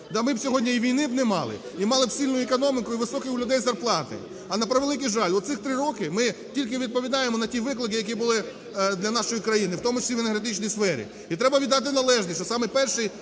ми б сьогодні і війни не мали б і мали сильну економіку, і високі у людей зарплати. А на превеликий жаль, оцих 3 роки ми тільки відповідаємо на ті виклики, які були для нашої країни, у тому числі в енергетичній сфері. І треба віддати належне, що саме перший